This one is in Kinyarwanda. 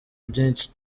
byinshi